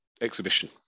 exhibition